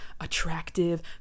attractive